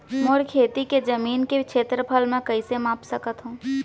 मोर खेती के जमीन के क्षेत्रफल मैं कइसे माप सकत हो?